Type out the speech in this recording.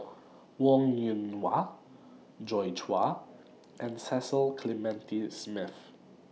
Wong Yoon Wah Joi Chua and Cecil Clementi Smith